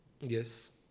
Yes